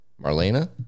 Marlena